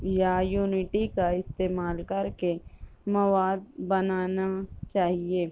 یا یونیٹی کا استعمال کر کے مواد بنانا چاہیے